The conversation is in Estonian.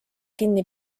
kinni